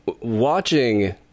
watching